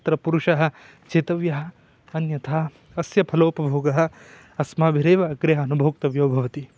तत्र पुरुषः चेतव्यः अन्यथा अस्य फलोपभोगः अस्माभिरेव अग्रे अनुभोक्तव्यो भवति